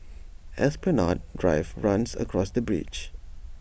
Esplanade Drive runs across the bridge